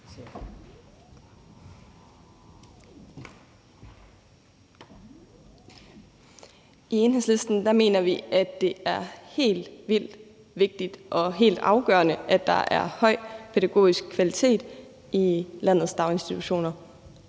I Enhedslisten mener vi, at det er helt vildt vigtigt og helt afgørende, at der er høj pædagogisk kvalitet i landets daginstitutioner,